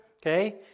Okay